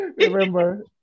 Remember